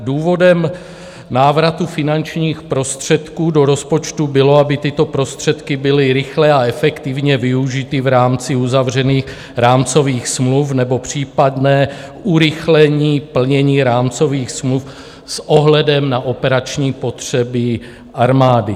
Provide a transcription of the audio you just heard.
Důvodem návratu finančních prostředků do rozpočtu bylo, aby tyto prostředky byly rychle a efektivně využity v rámci uzavřených rámcových smluv nebo případné urychlení plnění rámcových smluv s ohledem na operační potřeby armády.